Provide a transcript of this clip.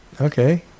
Okay